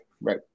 Right